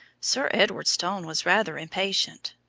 sir edward's tone was rather impatient.